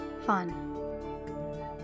Fun